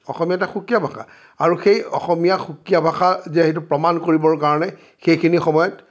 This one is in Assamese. অসমীয়া এটা সুকীয়া ভাষা আৰু সেই অসমীয়া সুকীয়া ভাষা যে সেইটো প্ৰমাণ কৰিবৰ কাৰণে সেইখিনি সময়ত